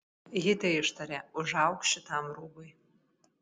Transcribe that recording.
ji teištarė užauk šitam rūbui